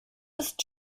ist